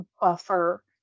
buffer